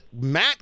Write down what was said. Matt